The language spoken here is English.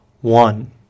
One